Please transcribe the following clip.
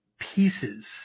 pieces